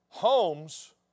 Homes